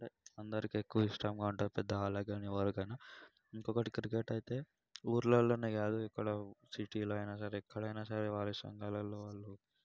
అంటే అందరికి ఎక్కువ ఇష్టంగా ఉంటుంది పెద్దవాళ్ళకి కాని ఎవరికైనా ఇంకొకటి క్రికెట్ అయితే ఊర్లల్లోనే కాదు ఇక్కడ సిటీలో అయినా సరే ఎక్కడైనా సరే వారి సంఘాలల్లో వాళ్ళు